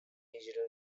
digital